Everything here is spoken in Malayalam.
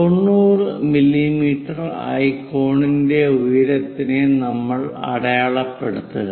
90 മില്ലീമീറ്റർ ആയി കോണിന്റെ ഉയരത്തിനെ നമ്മൾ അടയാളപ്പെടുത്തുക